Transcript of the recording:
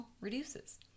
reduces